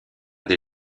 des